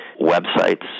websites